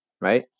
right